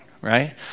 right